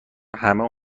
همه